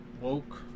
woke